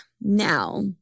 now